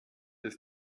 ist